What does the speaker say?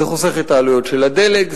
זה חוסך את העלויות של הדלק,